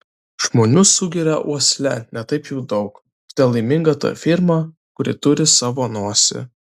žmonių sugeria uosle ne taip jau daug todėl laiminga ta firma kuri turi savo nosį